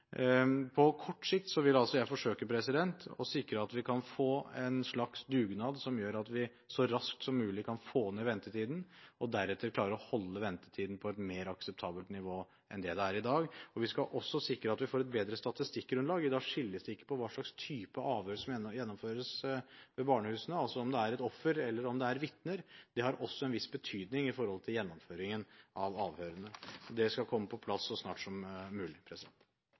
På kort sikt vil jeg forsøke å sikre at vi kan få en slags dugnad, som gjør at vi så raskt som mulig kan få ned ventetiden og deretter klarer å holde ventetiden på et mer akseptabelt nivå enn det den er i dag. Vi skal også sikre at vi får et bedre statistikkgrunnlag. I dag skilles det ikke på hva slags type avhør som gjennomføres ved barnehusene – om det er et offer, eller om det er et vitne. Det har også en viss betydning når det gjelder gjennomføringen av avhørene. Det skal komme på plass så snart som mulig.